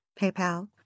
PayPal